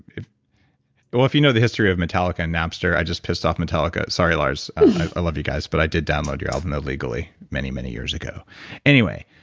if but if you know the history of metallica and napster, i just pissed off metallica. sorry lars. i love you guys, but i did download your album illegally many, many years ago anyway,